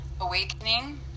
awakening